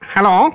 Hello